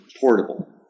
portable